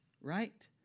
right